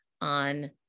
on